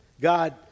God